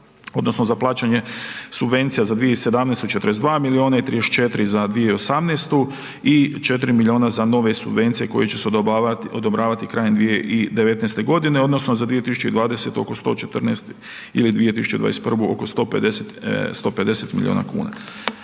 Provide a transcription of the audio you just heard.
odnosno za plaćanje subvencija za 2017. 42 milijuna i 34 za 2018. i 4. milijuna za nove subvencije koje će se odobravati krajem 2019. godine, odnosno za 2020. oko 114 ili 2021. oko 150 milijuna kuna.